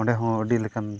ᱚᱸᱰᱮ ᱦᱚᱸ ᱟᱹᱰᱤ ᱞᱮᱠᱟᱱ